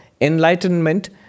enlightenment